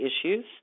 issues